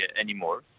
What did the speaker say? anymore